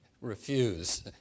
refuse